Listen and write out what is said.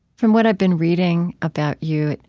from what i've been reading about you,